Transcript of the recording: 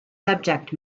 subject